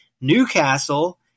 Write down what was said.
Newcastle